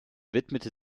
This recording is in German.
widmete